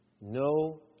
No